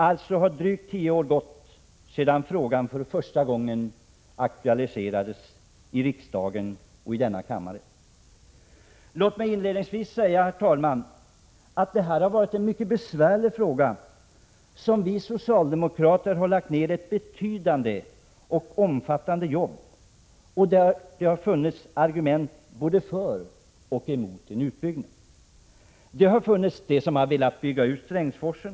Alltså har drygt tio år gått sedan frågan för första gången aktualiserades i riksdagen. Låt mig inledningsvis säga, herr talman, att det här har varit en mycket besvärlig fråga där vi socialdemokrater har lagt ned ett betydande och omfattande jobb. Det har funnits argument både för och emot en utbyggnad. Det har funnits de som har velat bygga ut Strängsforsen.